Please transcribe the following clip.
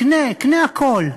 קנה, קנה הכול.